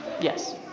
Yes